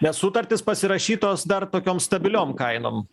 nes sutartys pasirašytos dar tokiom stabiliom kainom